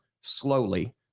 slowly